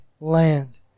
land